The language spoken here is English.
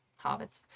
hobbits